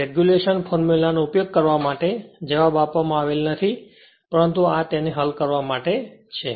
regulation ફોર્મ્યુલાના ઉપયોગ કરવા માટે જવાબ આપવામાં આવેલ નથી પરંતુ આ તેને હલ કરવા માટે છે